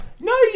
No